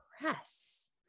press